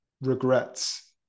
regrets